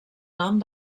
nom